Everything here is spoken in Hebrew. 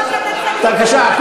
בבקשה.